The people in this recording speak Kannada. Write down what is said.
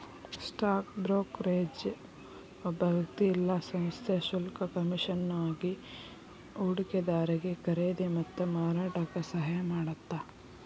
ಸ್ಟಾಕ್ ಬ್ರೋಕರೇಜ್ ಒಬ್ಬ ವ್ಯಕ್ತಿ ಇಲ್ಲಾ ಸಂಸ್ಥೆ ಶುಲ್ಕ ಕಮಿಷನ್ಗಾಗಿ ಹೂಡಿಕೆದಾರಿಗಿ ಖರೇದಿ ಮತ್ತ ಮಾರಾಟಕ್ಕ ಸಹಾಯ ಮಾಡತ್ತ